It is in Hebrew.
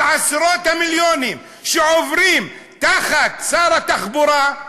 אבל עשרות המיליונים שעוברים תחת שר התחבורה,